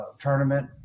tournament